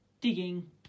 digging